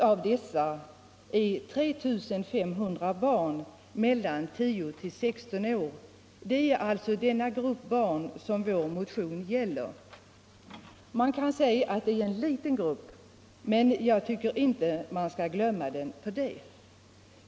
Av dessa är 3 500 barn mellan 10 och 16 år. Vår motion gäller alltså denna grupp. Det är en liten grupp, men jag tycker inte att man skall glömma den för det.